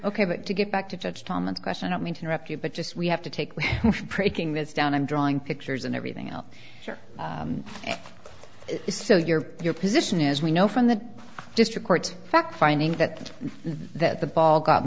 ok but to get back to judge thomas question i'm going to interrupt you but just we have to take pricking this down i'm drawing pictures and everything else is so your your position is we know from the district court fact finding that that the ball got